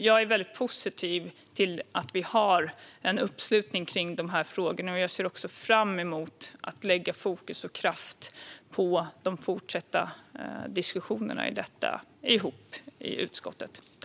Jag är mycket positiv till att vi har en uppslutning kring dessa frågor, och jag ser också fram emot att vi får lägga fokus och kraft på de fortsatta diskussionerna om detta i utskottet.